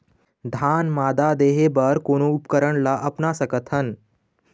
धान मादा देहे बर कोन उपकरण ला अपना सकथन?